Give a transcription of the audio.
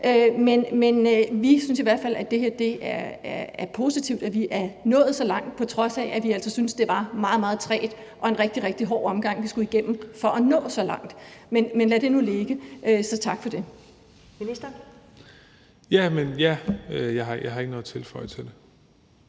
Venstre synes i hvert fald, at det er positivt, at vi er nået så langt, på trods af at vi altså synes, det var meget, meget en træg og en rigtig, rigtig hård omgang at skulle igennem for at nå så langt. Men lad det nu ligge. Så tak for det. Kl. 13:37 Første næstformand (Karen